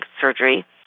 surgery